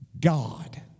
God